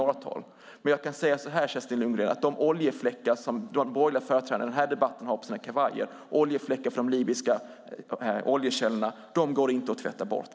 Kerstin Lundgren, jag kan säga så här: De oljefläckar från de libyska oljekällorna som de borgerliga företrädarna i den här debatten har på sina kavajer går inte att tvätta bort!